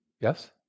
Yes